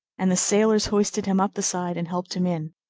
and the sailors hoisted him up the side and helped him in.